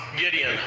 Gideon